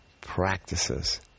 practices